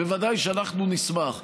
בוודאי שאנחנו נשמח.